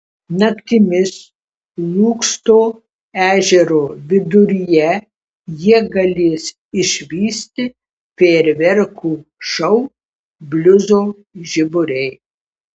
naktimis lūksto ežero viduryje jie galės išvysti fejerverkų šou bliuzo žiburiai